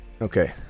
Okay